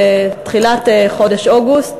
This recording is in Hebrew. בתחילת חודש אוגוסט,